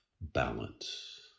balance